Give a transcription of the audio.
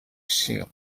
shield